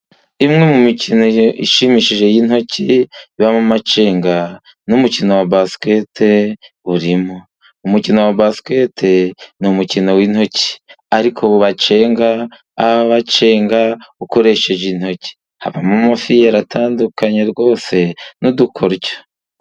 Imwe mu mikino ishimishije y'intoki ibamo amacenga n'umukino wa basikete urimo. Umukino wa basikete ni umukino w'intoki ariko ubu bacenga abacenga ukoresheje intoki, habamo amafiyeri atandukanye rwose n'udukoryo.